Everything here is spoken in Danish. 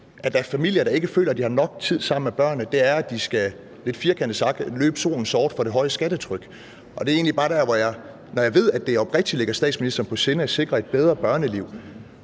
at der er familier, der ikke føler, de har nok tid sammen med børnene, er, at de lidt firkantet sagt skal løbe solen sort for det høje skattetryk. Når jeg ved, at det oprigtig ligger statsministeren på sinde at sikre et bedre børneliv,